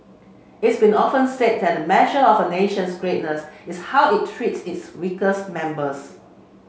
it's been often said that a measure of a nation's greatness is how it treats its weakest members